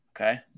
Okay